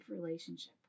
relationship